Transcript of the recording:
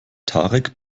tarek